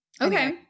Okay